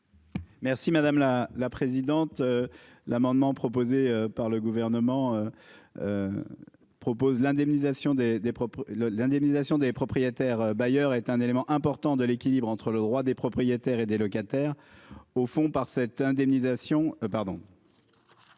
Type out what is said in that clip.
Merci madame la la présidente. L'amendement proposé par le gouvernement. Propose l'indemnisation des des propos l'indemnisation des propriétaires bailleurs est un élément important de l'équilibre entre le droit des propriétaires et des locataires